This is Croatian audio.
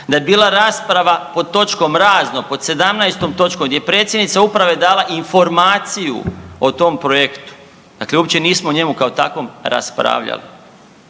da je bila rasprava pod točkom razno, pod 17 točnom, gdje je predsjednica uprave dala informaciju o tom projektu, dakle uopće nismo o njemu kao takvom raspravljali.